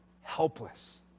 helpless